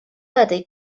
этой